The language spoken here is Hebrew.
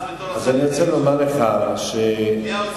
אז בתור, אז אני רוצה לומר לך, אליהו סויסה.